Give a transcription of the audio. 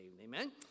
Amen